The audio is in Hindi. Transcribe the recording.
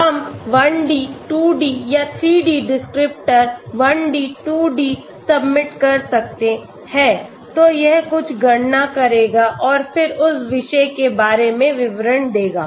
हम 1 डी 2 डी या 3 D descriptor 1 D 2 D submit कर सकते हैं तो यह कुछ गणना करेगा और फिर उस विशेष के बारे में विवरण देगा